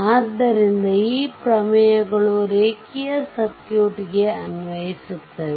ಆದ್ದರಿಂದ ಈ ಪ್ರಮೇಯಗಳು ರೇಖೀಯ ಸರ್ಕ್ಯೂಟ್ಗೆ ಅನ್ವಯಿಸುತ್ತವೆ